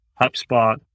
HubSpot